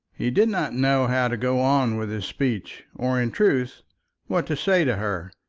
he did not know how to go on with his speech, or in truth what to say to her.